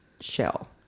shell